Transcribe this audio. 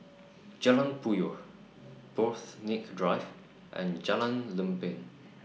Jalan Puyoh Borthwick Drive and Jalan Lempeng